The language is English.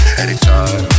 anytime